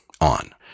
on